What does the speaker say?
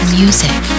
music